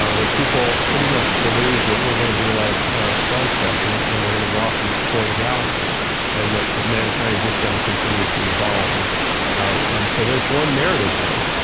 ah that people pretty much believe that we're going to be like a star trek and and we're going to go off and explore the galaxy and that mankind just going to continue to evolve. and and so there's one narrative there.